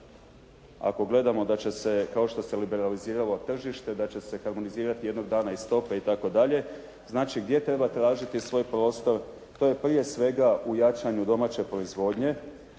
ako gledamo da će se, kao što se liberaliziralo tržište, da će se harmonizirati jednog dana i stope itd., znači gdje treba tražiti svoj prostor. To je prije svega u jačanju domaće proizvodnje,